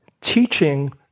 teaching